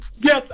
Yes